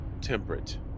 temperate